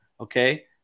okay